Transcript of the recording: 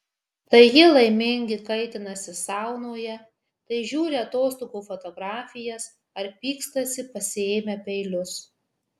tai jie laimingi kaitinasi saunoje tai žiūri atostogų fotografijas ar pykstasi pasiėmę peilius